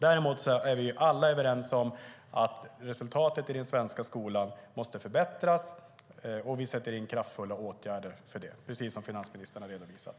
Däremot är vi alla överens om att resultatet i den svenska skolan måste förbättras. Där sätter vi in kraftfulla åtgärder, precis som finansministern redovisat.